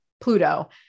Pluto